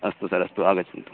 अस्तु सर् अस्तु आगच्छन्तु